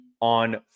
on